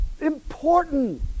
important